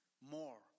more